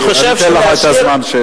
אני אתן לך את הזמן.